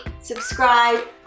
subscribe